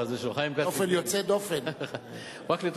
חס ושלום,